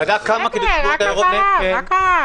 בהחלט.